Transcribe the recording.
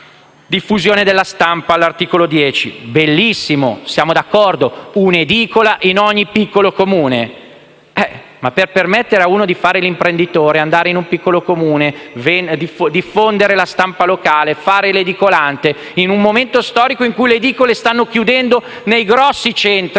diffusione della stampa di cui all'articolo 10, siamo d'accordo, è una bellissima idea: una edicola in ogni piccolo Comune. Ma per permettere a uno di fare l'imprenditore, andare in un piccolo Comune, diffondere la stampa locale, fare l'edicolante in un momento storico in cui le edicole stanno chiudendo nei grossi centri,